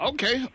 Okay